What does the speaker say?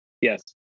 Yes